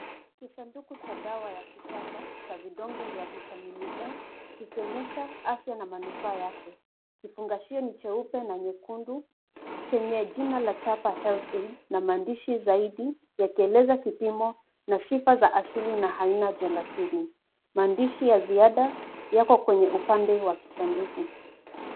Kisanduku cha dawa ya kisasa cha vidonge vya vitamin E, kikionyesha na manufaa yake. Kifungashio ni cheupe na nyekundu, chenye jina la chapa health aid , na maandishi zaidi yakieleza kipimo na sifa za asili na aina gelatine . Maandishi ya ziada yako kwenye upande wa kisanduku.